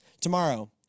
Tomorrow